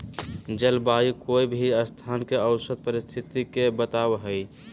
जलवायु कोय भी स्थान के औसत परिस्थिति के बताव हई